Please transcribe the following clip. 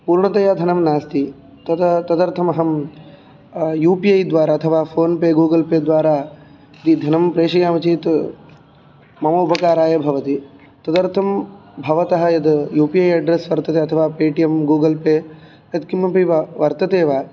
पूर्णतया धनं नास्ति तदा तदर्थम् अहं यु पि ऐ द्वारा अथवा फ़ोन्पे गूगल्पे द्वारा यदि धनं प्रेषयामि चेत् मम उपकाराय भवति तदर्थं भवतः यद् यु पि ऐ अड्रेस् वर्तते अथवा पेटिएम् गूगल्पे वर्तते तत् किमपि व वर्तते वा